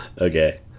Okay